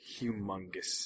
Humongous